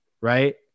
Right